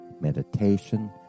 meditation